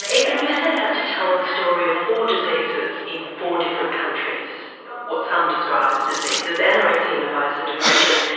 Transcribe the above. but ethan, you set out to tell the story of four diseases in four different countries what some describe as diseases anorexia nervosa, depression,